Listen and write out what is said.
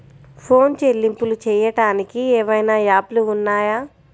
Phone చెల్లింపులు చెయ్యటానికి ఏవైనా యాప్లు ఉన్నాయా?